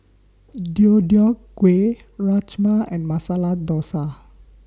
Deodeok Gui Rajma and Masala Dosa